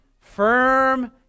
firm